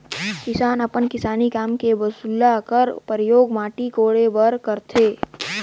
किसान अपन किसानी काम मे बउसली कर परियोग माटी कोड़े बर करथे